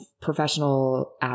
professional